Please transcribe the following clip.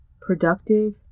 productive